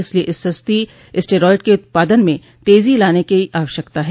इसलिए इस सस्ती स्टेरॉयड के उत्पादन में तेजी लाने की आवश्यकता है